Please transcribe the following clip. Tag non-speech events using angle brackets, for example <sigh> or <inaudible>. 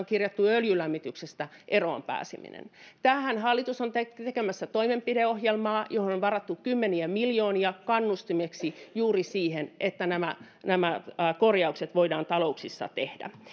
<unintelligible> kirjattu öljylämmityksestä eroon pääseminen tähän hallitus on tekemässä toimenpideohjelmaa johon on varattu kymmeniä miljoonia kannustimeksi juuri siihen että nämä nämä korjaukset voidaan talouksissa tehdä